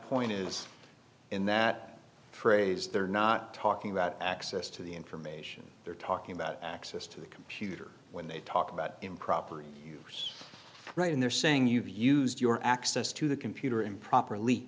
point is in that phrase they're not talking about access to the information they're talking about access to the computer when they talk about improper use right and they're saying you used your access to the computer improperly